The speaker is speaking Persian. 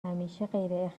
همیشه